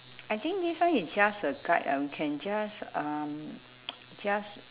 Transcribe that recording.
I think this one is just a guide ah we can just um just